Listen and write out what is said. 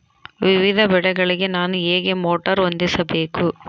ವಿವಿಧ ಬೆಳೆಗಳಿಗೆ ನಾನು ಹೇಗೆ ಮೋಟಾರ್ ಹೊಂದಿಸಬೇಕು?